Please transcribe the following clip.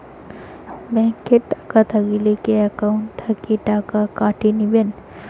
Bank এ টাকা থাকিলে কি একাউন্ট থাকি টাকা কাটি নিবেন?